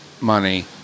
money